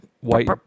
white